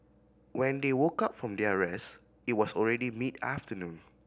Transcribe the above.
when they woke up from their rest it was already mid afternoon